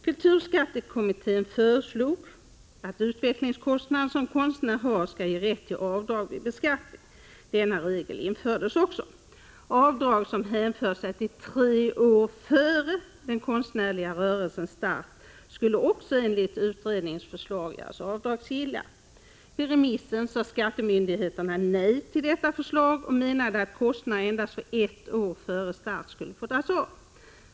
Kulturskattekommittén föreslog därför att utvecklingskostnader som en konstnär har skall ge rätt till avdrag vid beskattningen. Denna regel infördes också. Kostnader som hänför sig till tre år före ”den konstnärliga rörelsens” start skulle också enligt utredningens förslag göras avdragsgilla. Vid remissbehandlingen sade skattemyndigheterna nej till detta förslag och menade att endast kostnader ett år före start skulle få dras av.